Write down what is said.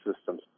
systems